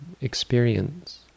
Experience